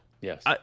Yes